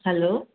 hello